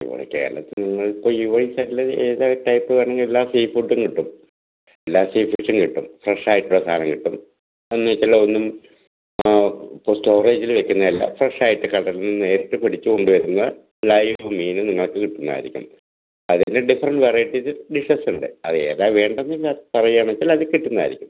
നിങ്ങൾ കേരളത്തിൽ നിങ്ങൾ ഇപ്പോൾ യു എ ഇ സെറ്റിൽ ഏത് ടൈപ്പ് വരുന്ന എല്ലാ സീ ഫുഡും കിട്ടും എല്ലാ സീ ഫിഷും കിട്ടും ഫ്രഷ് ആയിട്ടുള്ള സാധനം കിട്ടും അന്നേക്ക് ഉള്ള ഒന്നും ഇപ്പോൾ സ്റ്റോറേജിൽ വെയ്ക്കുന്നതല്ല ഫ്രഷ് ആയിട്ട് കടലിൽ നിന്ന് നേരിട്ട് പിടിച്ച് കൊണ്ട് വെരുന്ന ലൈവ് മീൻ നിങ്ങൾക്ക് കിട്ടുന്നതായിരിക്കും അതിൻ്റെ ഡിഫറെന്റ് വെറൈറ്റീസ് ഡിഷസ് ഉണ്ട് അത് ഏതാണ് വേണ്ടതെന്ന് ഉള്ള പറയായുകയാന്ന് വച്ചാൽ അത് കിട്ടുന്നതായിരിക്കും